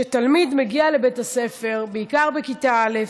כשתלמיד מגיע לבית הספר, בעיקר בכיתה א',